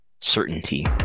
certainty